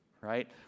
right